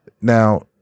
Now